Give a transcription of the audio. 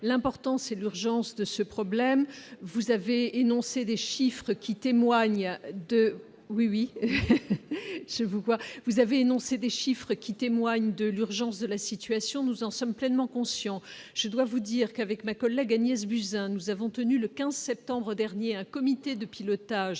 témoignent de oui oui je vous vois vous avez énoncé des chiffres qui témoignent de l'urgence de l'acide. Création, nous en sommes pleinement conscient, je dois vous dire qu'avec ma collègue Agnès Buzyn, nous avons tenu le 15 septembre dernier un comité de pilotage